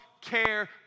care